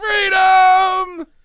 Freedom